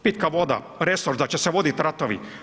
Pitka voda, resor da će se voditi ratovi.